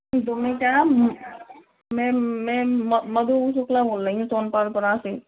तो मैं क्या मैं मैम मधु शुक्ला बोल रही हूँ से